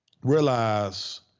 Realize